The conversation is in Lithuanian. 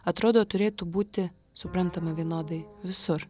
atrodo turėtų būti suprantama vienodai visur